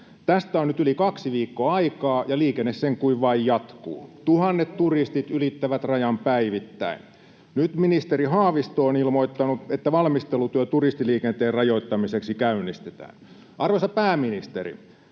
Tästä on nyt yli kaksi viikkoa aikaa, ja liikenne sen kuin vain jatkuu. [Perussuomalaisten ryhmästä: Ohhoh!] Tuhannet turistit ylittävät rajan päivittäin. Nyt ministeri Haavisto on ilmoittanut, että valmistelutyöt turistiliikenteen rajoittamiseksi käynnistetään. Arvoisa pääministeri,